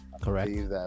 Correct